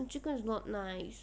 and chicken is not nice